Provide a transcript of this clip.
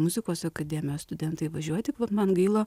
muzikos akademijos studentai važiuoti man gaila